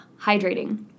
hydrating